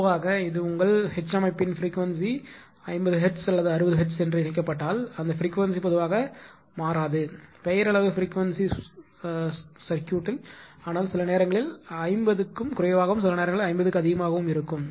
பொதுவாக இது உங்கள் ஹெச் அமைப்பின் ப்ரீக்வென்சி 50 ஹெர்ட்ஸ் அல்லது 60 ஹெர்ட்ஸ் என்று இணைக்கப்பட்டால் அந்த ப்ரீக்வென்சி பொதுவாக சரியாக மாறாது பெயரளவு ப்ரீக்வென்சி சுற்றி ஆனால் சில நேரங்களில் 50 க்கும் குறைவாகவும் சில நேரங்களில் 50 க்கும் அதிகமாகவும் இருக்கும்